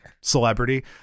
celebrity